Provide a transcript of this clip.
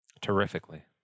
Terrifically